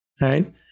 Right